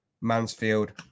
Mansfield